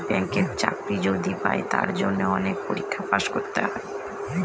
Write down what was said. ব্যাঙ্কের চাকরি যদি পাই তার জন্য অনেক পরীক্ষায় পাস করতে হয়